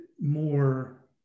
more